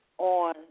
on